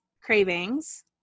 Cravings